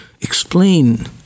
explain